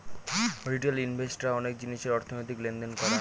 retail invest রা অনেক জিনিসের অর্থনৈতিক লেনদেন করা